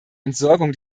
entsorgung